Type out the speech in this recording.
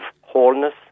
wholeness